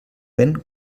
vent